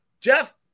Jeff